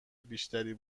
بیشتری